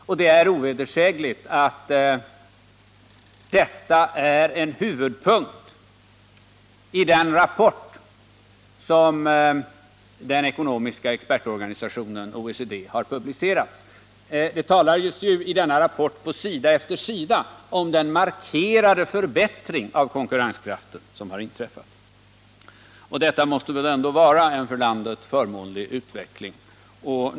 Och det är ovedersägligt att detta är en huvudpunktii den rapport som den ekonomiska expertorganisationen OECD har publicerat. Det talas i denna rapport på sida efter sida om den markerade förbättring av konkurrenskraften som har inträffat. Detta måste väl ändå vara en för landet förmånlig utveckling.